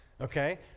Okay